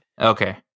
okay